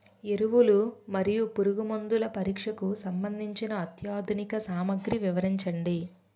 ఎరువులు మరియు పురుగుమందుల పరీక్షకు సంబంధించి అత్యాధునిక సామగ్రిలు వివరించండి?